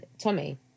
Tommy